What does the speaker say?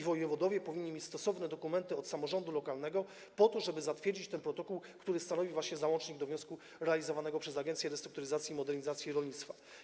Wojewodowie powinni mieć stosowne dokumenty od samorządu lokalnego, żeby zatwierdzić ten protokół, który stanowi załącznik do wniosku realizowanego przez Agencję Restrukturyzacji i Modernizacji Rolnictwa.